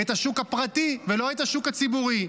את השוק הפרטי ולא את השוק הציבורי.